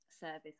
service